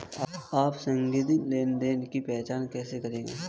आप संदिग्ध लेनदेन की पहचान कैसे करेंगे?